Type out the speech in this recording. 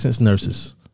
nurses